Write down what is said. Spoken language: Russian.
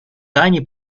тане